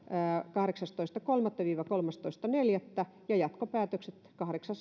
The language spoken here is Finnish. kahdeksastoista kolmatta viiva kolmastoista neljättä ja jatkopäätökset